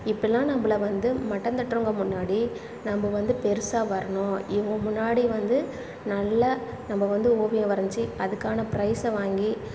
இப்படிலாம் நம்மள வந்து மட்டம் தட்டுறவங்க முன்னாடி நம்ம வந்து பெருசாக வரணும் இவங்க முன்னாடி வந்து நல்லா நம்ம வந்து ஓவியம் வரைஞ்சி அதுக்கான ப்ரைஸ்ஸ வாங்கி